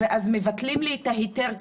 אז מבטלים לי את ההיתר.